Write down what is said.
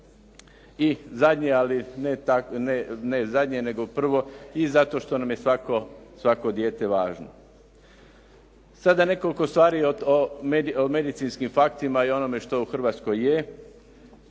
I zadnje, ne zadnje nego prvo i zato što nam je svako dijete važno. Sada nekoliko stvari o medicinskim faktima i onome što u Hrvatskoj je.